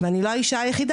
ואני לא האישה היחידה.